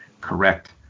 Correct